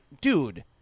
dude